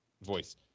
voice